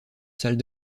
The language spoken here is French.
salle